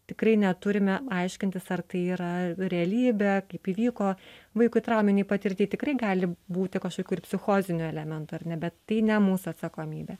tikrai neturime aiškintis ar tai yra realybė kaip įvyko vaikui trauminėj patirty tikrai gali būti kažkokių ir psichozinių elementų ar ne bet tai ne mūsų atsakomybė